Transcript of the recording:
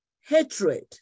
hatred